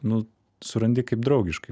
nu surandi kaip draugiškai